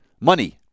money